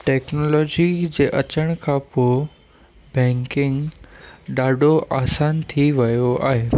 technology जे अचण खां पोइ बैंकिंग ॾाढो आसान थी वियो आहे